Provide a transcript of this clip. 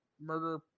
murder